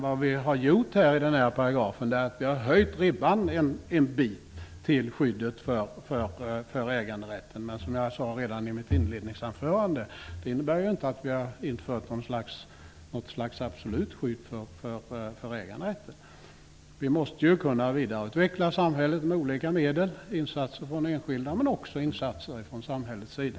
Vi har i denna paragraf höjt ribban för skyddet av äganderätten, men det innebär, som jag sade redan i mitt inledningsanförande, inte att vi har infört något slags absolut skydd för äganderätten. Vi måste kunna vidareutveckla samhället med olika medel, genom insatser från enskilda men också från samhällets sida.